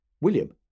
William